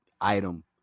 item